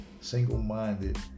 single-minded